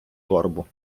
торбу